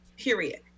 period